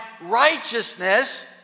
righteousness